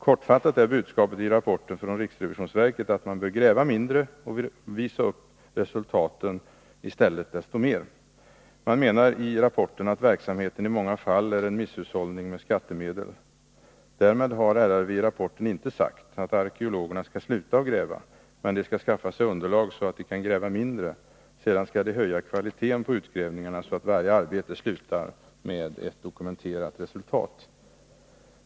Kortfattat är budskapet i rapporten från riksrevisionsverket att man bör gräva mindre och visa upp resultaten i stället. Man menar i rapporten att verksamheten i många fall är en misshushållning med skattemedel. Därmed har riksrevisionsverket i rapporten inte sagt att arkeologerna skall sluta att gräva, men de skall skaffa sig ett underlag så att de kan gräva mindre. Sedan skall de höja kvaliteten på utgrävningarna, så att varje arbete slutar med ett dokumenterat resultat.